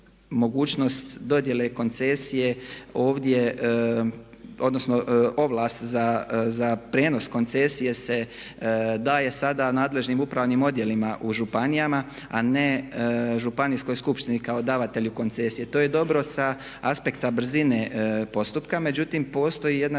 mogućnost dodjele koncesije ovdje, odnosno ovlast za prijenos koncesije se daje sada nadležnim upravnim odjelima u županijama a ne županijskoj skupštini kao davatelju koncesije. To je dobro sa aspekta brzine postupka međutim postoji jedna